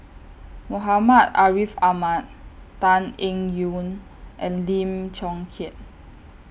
Muhammad Ariff Ahmad Tan Eng Yoon and Lim Chong Keat